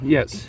Yes